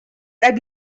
أبي